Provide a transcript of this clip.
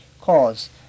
cause